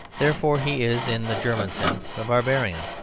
therefore he is, in the german sense, a barbarian.